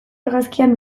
argazkian